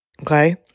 okay